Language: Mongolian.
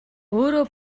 өөрөө